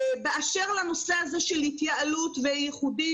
באשר לנושא של התייעלות וייחודים,